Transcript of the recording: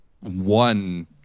one